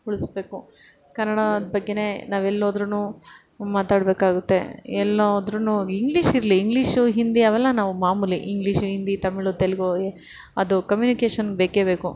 ಉಳಿಸಬೇಕು ಕನ್ನಡದ ಬಗ್ಗೆಯೇ ನಾವೆಲ್ಲೋದರೂನು ಮಾತಾಡಬೇಕಾಗುತ್ತೆ ಎಲ್ಲೋದರೂ ಇಂಗ್ಲಿಷ್ ಇರಲಿ ಇಂಗ್ಲಿಷು ಹಿಂದಿ ಅವೆಲ್ಲ ನಾವು ಮಾಮೂಲಿ ಇಂಗ್ಲಿಷು ಹಿಂದಿ ತಮಿಳು ತೆಲುಗು ಅದು ಕಮ್ಯುನಿಕೇಷನ್ಗೆ ಬೇಕೆ ಬೇಕು